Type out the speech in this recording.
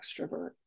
extrovert